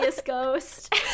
ghost